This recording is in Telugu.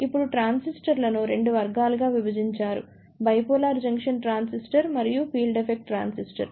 ఇప్పుడు ట్రాన్సిస్టర్లను 2 వర్గాలుగా విభజించారు బైపోలార్ జంక్షన్ ట్రాన్సిస్టర్ మరియు ఫీల్డ్ ఎఫెక్ట్ ట్రాన్సిస్టర్